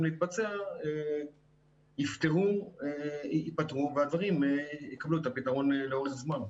להתבצע ייפתרו והדברים יקבלו את הפתרון לאורך זמן.